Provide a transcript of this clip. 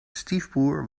stiefbroer